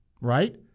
right